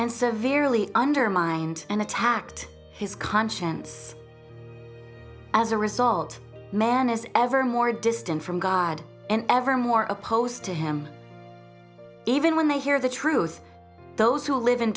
and severely undermined and attacked his conscience as a result men as ever more distant from god and ever more opposed to him even when they hear the truth those who live in